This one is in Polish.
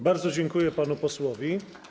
Bardzo dziękuję panu posłowi.